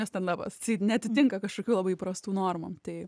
nes stendapas tai neatitinka kažkokių labai įprastų normų tai